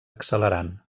accelerant